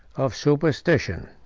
of superstition.